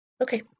Okay